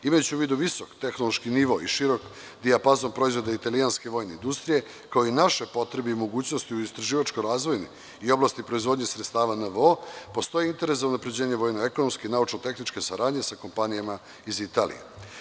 Imajući u vidu visok tehnološki nivo i širok dijapazon proizvoda italijanske vojne industrije, kao i naše potrebe u mogućnosti i istraživačke i razvojne i oblasti u proizvodnji sredstava NVO, postoji interes za unapređenje vojno tehničke saradnje sa kompanijama iz Italije.